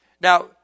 Now